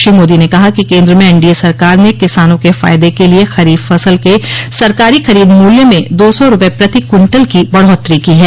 श्री मोदी ने कहा कि केन्द्र में एनडीए सरकार ने किसानों के फायदे के लिए खरीफ फसल के सरकारी खरीद मूल्य में दो सौ रुपये प्रति क्विंटल की बढ़ोतरी की है